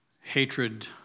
hatred